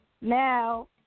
Now